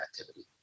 activity